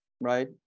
right